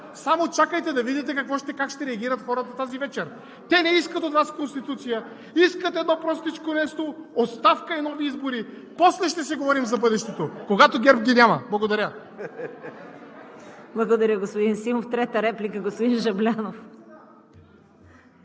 само чакайте да видите как ще реагират хората тази вечер. Те не искат от Вас Конституция, искат едно простичко нещо – оставка и нови избори. После ще си говорим за бъдещето – когато ГЕРБ ги няма. Благодаря. ПРЕДСЕДАТЕЛ ЦВЕТА КАРАЯНЧЕВА: Благодаря, господин Симов. Трета реплика – господин Жаблянов.